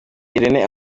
irene